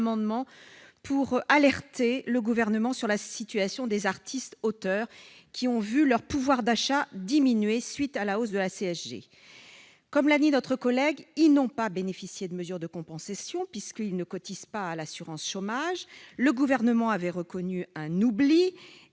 d'alerter le Gouvernement sur la situation des artistes auteurs, qui ont vu leur pouvoir d'achat diminuer à la suite de la hausse de la CSG. Comme l'a rappelé Mme Morin-Desailly, les artistes auteurs n'ont pas bénéficié de mesures de compensation, puisqu'ils ne cotisent pas à l'assurance chômage. Le Gouvernement avait reconnu un oubli